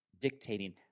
dictating